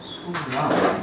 so loud